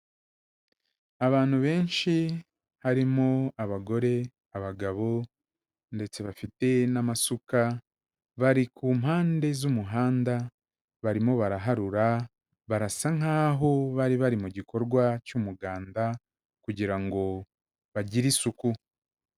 Abantu benshi harimo abagore, abagabo ndetse bafite n'amasuka, bari ku mpande z'umuhanda barimo baraharura barasa nkaho bari bari mu gikorwa cy'umuganda kugira ngo bagire isuku.